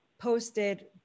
posted